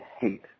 hate